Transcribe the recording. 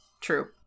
True